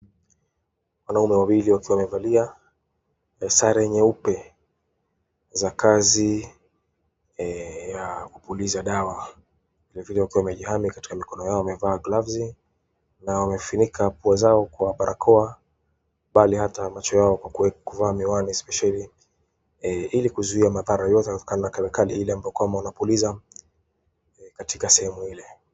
Wanaume wawili wakiwa wamevalia sare nyeupe za kazi ya kupuliza dawa vilevile wakiwa wamejiami katika mikono yao wamevaa gloves na wamefinika pua zao kwa barakoa bali ata macho yao kwa kuvaa miwani spesheli ili kuzuia madhara yote yanayotokana na kemikali ile ambayo wamekua wanapuliza katika sehemu ile